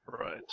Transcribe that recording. right